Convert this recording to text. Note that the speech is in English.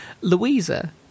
Louisa